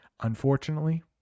unfortunately